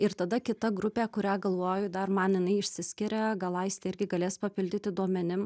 ir tada kita grupė kurią galvoju dar man jinai išsiskiria gal aistė irgi galės papildyti duomenim